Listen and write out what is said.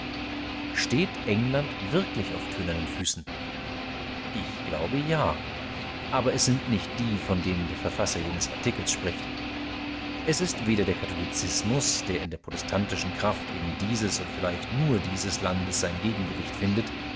steht england wirklich auf tönernen füßen ich glaube ja aber es sind nicht die von denen der verfasser jenes artikels spricht es ist weder der katholizismus der in der protestantischen kraft eben dieses und vielleicht nur dieses landes sein gegengewicht findet